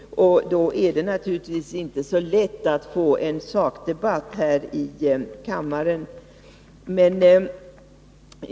Då är det inte så lätt att få en sakdebatt här i kammaren.